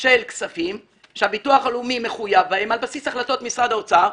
של כספים שהביטוח הלאומי מחויב בהן על בסיס החלטות משרד האוצר,